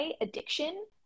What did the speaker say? addiction